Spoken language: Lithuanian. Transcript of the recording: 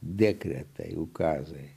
dekretai gazoje